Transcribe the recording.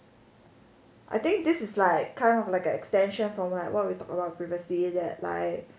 I think this is like kind of like an extension from like what we talk about previously that like